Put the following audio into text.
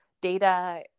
Data